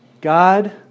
God